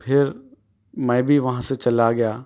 پھر میں بھی وہاں سے چلا گیا